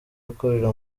akorera